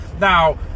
Now